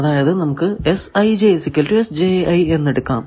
അതായതു നമുക്ക് എന്ന് എടുക്കാം